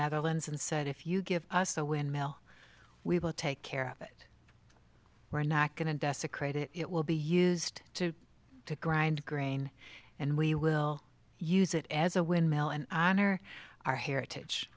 netherlands and said if you give us a wind mill we will take care of it we're not going to desecrate it will be used to grind grain and we will use it as a windmill and honor our heritage